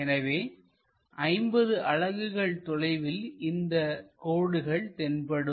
எனவே 50 அலகுகள் தொலைவில் இந்த கோடுகள் தென்படும்